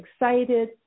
excited